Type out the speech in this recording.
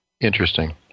Interesting